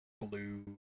blue